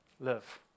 live